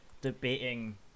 debating